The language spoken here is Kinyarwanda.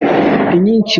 inyinshi